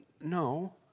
No